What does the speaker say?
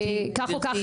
כך או כך,